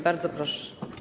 Bardzo proszę.